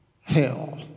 hell